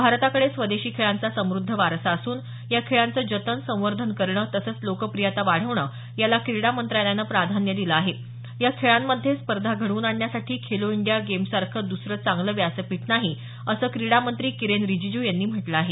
भारताकडे स्वदेशी खेळांचा समद्ध वारसा असून या खेळांचं जतन संवर्धन करणं तसंच लोकप्रियता वाढवणं याला क्रीडा मंत्रालयाने प्राधान्य दिलं आहे या खेळांमध्ये स्पर्धा घडवून आणण्यासाठी खेलो इंडिया गेम्स यासारखं दुसरं चांगले व्यासपीठ नाही असं क्रिडा मंत्री किरेन रिजिजू यांनी म्हटलं आहे